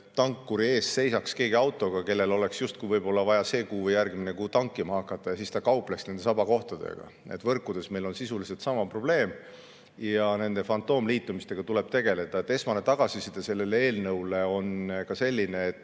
tankuri ees seisab keegi autoga, kellel oleks justkui vaja see kuu või järgmine tankima hakata, ja siis ta kaupleb nende sabakohtadega. Võrkudes on meil sisuliselt sama probleem ja nende fantoomliitumistega tuleb tegeleda. Esmane tagasiside sellele eelnõule on selline, et